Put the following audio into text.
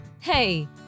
Hey